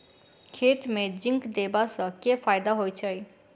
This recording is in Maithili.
खेत मे जिंक देबा सँ केँ फायदा होइ छैय?